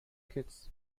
kids